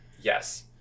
Yes